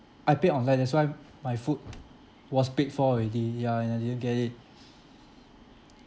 I paid online that's why my food was paid for already ya and I didn't get it